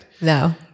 no